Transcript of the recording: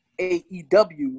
AEW